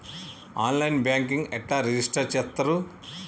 On line banking ఎట్లా register చేత్తరు?